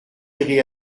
irez